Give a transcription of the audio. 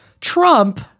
Trump